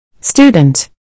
Student